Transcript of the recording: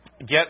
get